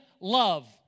love